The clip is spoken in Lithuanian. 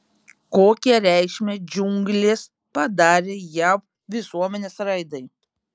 kokią reikšmę džiunglės padarė jav visuomenės raidai